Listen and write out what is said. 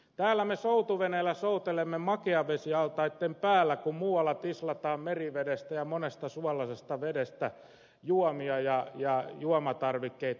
täällä me soutuveneellä soutelemme makeavesialtaitten päällä kun muualla tislataan merivedestä ja monesta suolaisesta vedestä juomia ja juomatarvikkeita